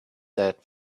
that